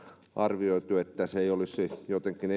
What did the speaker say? arvioitu että se ei jotenkin